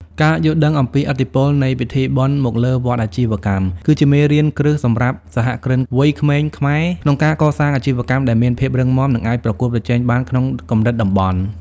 ការយល់ដឹងអំពីឥទ្ធិពលនៃពិធីបុណ្យមកលើវដ្តអាជីវកម្ម គឺជាមេរៀនគ្រឹះសម្រាប់សហគ្រិនវ័យក្មេងខ្មែរ ក្នុងការកសាងអាជីវកម្មដែលមានភាពរឹងមាំ និងអាចប្រកួតប្រជែងបានក្នុងកម្រិតតំបន់។